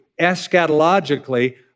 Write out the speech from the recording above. eschatologically